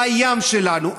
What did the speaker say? הים שלנו,